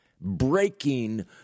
breaking